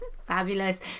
Fabulous